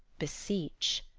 beseech.